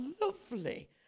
lovely